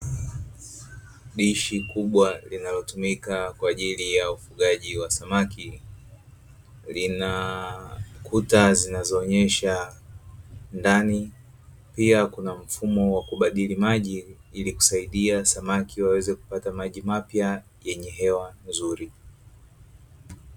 Dishi kubwa linalotumika kwa ajili ya ufugaji wa samaki linakuta zinazoonyesha ndani, pia kuna mfumo wa kubadili maji ili kusaidia samaki waweze kupata maji mapya yenye hewa nzuri.